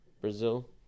Brazil